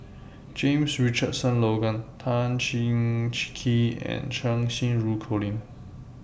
James Richardson Logan Tan Cheng Kee and Cheng Xinru Colin